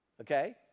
Okay